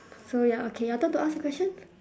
so ya okay your turn to ask a question